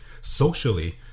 Socially